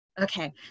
okay